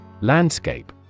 Landscape